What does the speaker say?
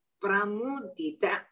pramudita